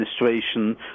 administration